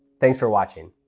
thanks for watching.